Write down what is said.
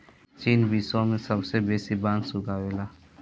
चीन विश्व में सबसे बेसी बांस उगावेला